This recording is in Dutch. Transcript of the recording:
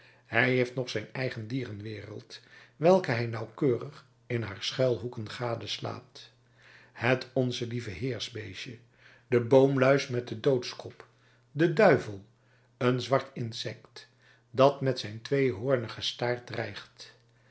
hij heeft nog zijn eigen dierenwereld welke hij nauwkeurig in haar schuilhoeken gadeslaat het onze lieven heers beestje de boomluis met den doodskop de duivel een zwart insect dat met zijn tweehoornigen staart dreigt